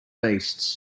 beasts